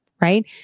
right